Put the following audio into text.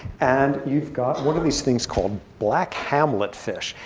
and you've got one of these things called black hamlet fish.